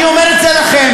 אני אומר את זה לכם.